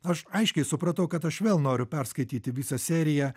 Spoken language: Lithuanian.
aš aiškiai supratau kad aš vėl noriu perskaityti visą seriją